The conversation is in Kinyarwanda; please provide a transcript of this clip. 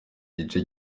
igice